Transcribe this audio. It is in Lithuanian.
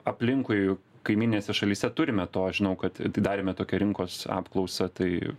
aplinkui kaimyninėse šalyse turime to aš žinau kad atidarėme tokią rinkos apklausą tai